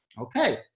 Okay